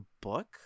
book